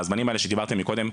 הזמנים האלה שדיברתם קודם,